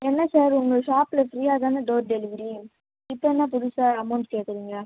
என்ன சார் உங்கள் ஷாப்பில் ஃப்ரீயாக தானே டோர் டெலிவரி இப்போ என்ன புதுசாக அமௌண்ட் கேட்குறீங்க